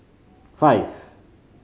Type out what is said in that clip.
five